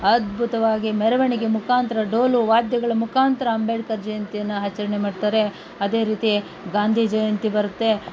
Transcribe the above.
ಅದ್ಭುತವಾಗಿ ಮೆರವಣಿಗೆ ಮುಖಾಂತ್ರ ಡೋಲು ವಾದ್ಯಗಳ ಮುಖಾಂತ್ರ ಅಂಬೇಡ್ಕರ್ ಜಯಂತಿಯನ್ನು ಆಚರಣೆ ಮಾಡ್ತಾರೆ ಅದೇ ರೀತಿ ಗಾಂಧಿ ಜಯಂತಿ ಬರುತ್ತೆ